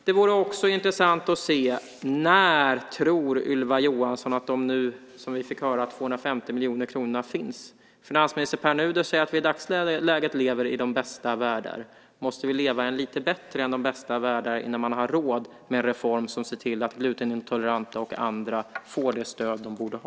Det vore också intressant att höra Ylva Johansson säga när hon tror att de, som vi här fick höra, 250 miljoner kronorna finns. Finansminister Pär Nuder säger att vi i dagsläget lever i den bästa av världar. Men måste vi leva i en värld som är lite bättre än den bästa av världar innan man har råd med en reform som är sådan att man ser till att glutenintoleranta och andra får det stöd de borde ha?